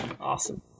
awesome